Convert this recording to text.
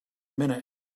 minute